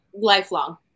lifelong